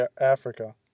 Africa